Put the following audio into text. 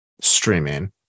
streaming